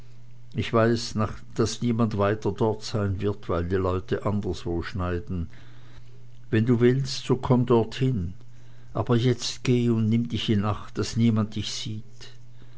ich weiß daß niemand weiter dort sein wird weil die leute anderswo schneiden wenn du willst so komm dorthin aber jetzt geh und nimm dich in acht daß dich niemand sieht